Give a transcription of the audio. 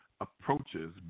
approaches